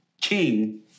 king